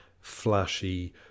flashy